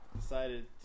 decided